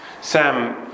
Sam